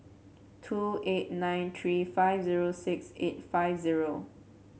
two eight nine three five zero six eight five zero